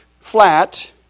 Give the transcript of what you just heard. flat